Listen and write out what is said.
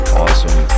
awesome